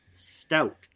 stout